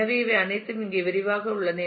எனவே இவை அனைத்தும் இங்கே விரிவாக உள்ளன